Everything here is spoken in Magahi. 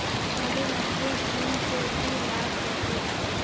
मधुमक्खीर झुंड स की लाभ ह छेक